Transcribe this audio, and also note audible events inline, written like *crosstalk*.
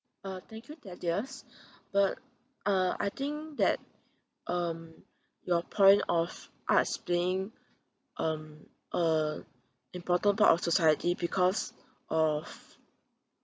uh thank you thaddeus *breath* but uh I think that um your point of arts playing um uh important part of society because of